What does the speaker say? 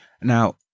Now